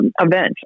event